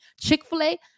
Chick-fil-A